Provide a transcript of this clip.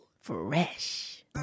Fresh